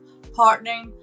partnering